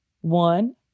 One